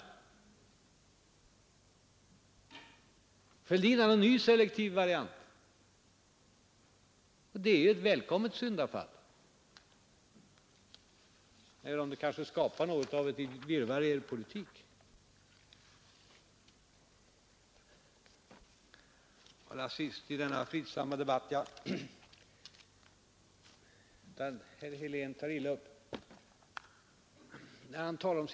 Herr Fälldin har en ny selektiv variant, och det är ett välkommet syndafall, även om det kanske skapar ett visst virrvarr i er politik. Om inte herr Helén tar illa upp vill jag allra sist i denna fridsamma debatt säga något om de två förlorade år han talar om.